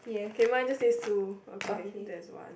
K mine just say Sue okay that is one